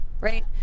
right